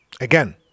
Again